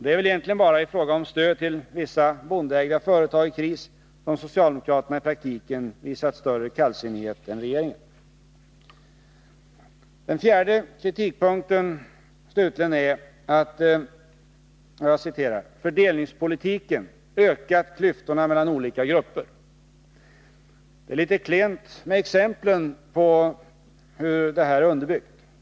Det är väl egentligen bara i fråga om stöd till vissa bondeägda företag i kris som socialdemokraterna i praktiken visat större kallsinnighet än regeringen. Den fjärde kritikpunkten, slutligen, är att ”fördelningspolitiken ——— ökat klyftorna mellan olika grupper”. Det är litet klent med exemplen på detta.